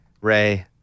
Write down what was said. Ray